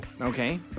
Okay